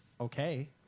okay